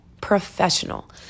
professional